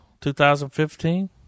2015